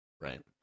right